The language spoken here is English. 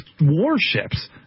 warships